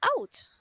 out